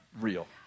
real